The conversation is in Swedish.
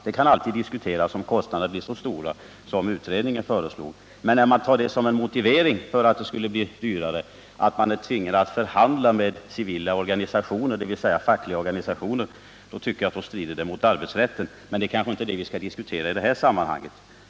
Det kan diskuteras om kostnaderna skulle bli så stora som utredningen utgått från, men när man tar som motivering att det blir en fördyring om man blir tvungen att förhandla med civila fackliga organisationer — då tycker jag att man uttalar sig i strid med arbetsrätten, men det kanske inte är det vi skall diskutera i det här sammanhanget.